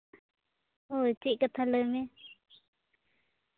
ᱦᱳᱭ ᱪᱮᱫ ᱠᱟᱛᱷᱟ ᱞᱟᱹᱭ ᱢᱮ